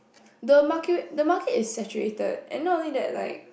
the market the market is saturated and not only that like